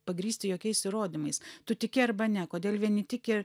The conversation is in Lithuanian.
pagrįsti jokiais įrodymais tu tiki arba ne kodėl vieni tiki